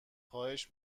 خواهش